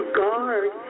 guard